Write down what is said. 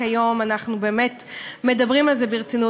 היום אנחנו באמת מדברים על זה ברצינות.